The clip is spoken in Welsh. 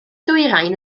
dwyrain